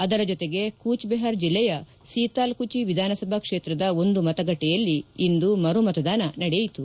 ಅದರ ಜೊತೆಗೆ ಕೂಚ್ ಬೆಹಾರ್ ಜಿಲ್ಲೆಯ ಸೀತಾಲ್ ಕುಚಿ ವಿಧಾನಸಭಾ ಕ್ಷೇತ್ರದ ಒಂದು ಮತಗಟ್ಟೆಯಲ್ಲಿ ಇಂದು ಮರು ಮತದಾನ ನಡೆಯಿತು